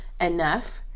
enough